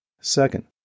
Second